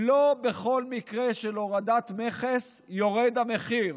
לא בכל מקרה של הורדת מכס יורד המחיר.